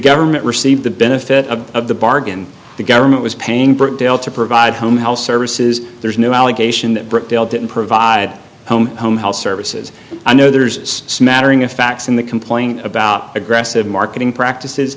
government received the benefit of the bargain the government was paying to provide home health services there's no allegation that didn't provide home home health services i know there's a smattering of facts in the complaint about aggressive marketing practices